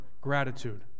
gratitude